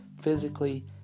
physically